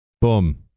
Boom